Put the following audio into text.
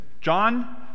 John